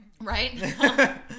right